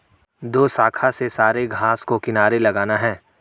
दोशाखा से सारे घास को किनारे लगाना है